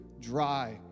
dry